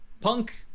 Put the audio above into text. Punk